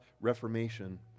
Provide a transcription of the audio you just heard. reformation